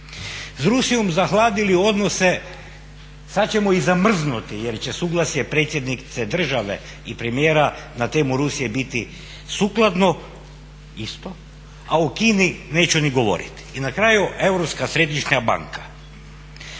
s Rusijom zahladili odnose, sad ćemo ih zamrznuti jer će suglasje predsjednice države i premijera na temu Rusije biti sukladno isto, a o Kini neću ni govoriti. I na kraju, Europska središnja banka.